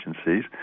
agencies